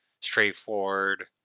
straightforward